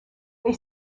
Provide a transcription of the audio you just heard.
they